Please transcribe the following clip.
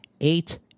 Eight